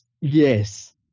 yes